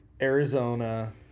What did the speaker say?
Arizona